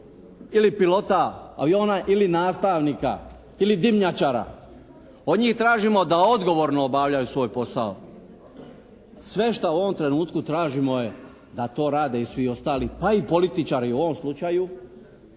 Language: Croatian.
ili pilota aviona ili nastavnika ili dimnjačara. Od njih tražimo da odgovorno obavljaju svoj posao. Sve šta u ovom trenutku tražimo je da to rade i svi ostali, pa i političari u ovom slučaju,